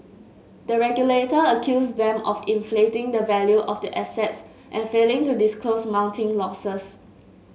the regulator accused them of inflating the value of the assets and failing to disclose mounting losses